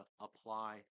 apply